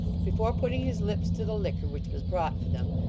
before putting his lips to the liquor which was brought for them,